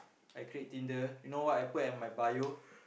I create Tinder you know what I put at my bio